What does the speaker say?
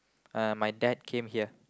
uh my dad came here